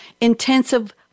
intensive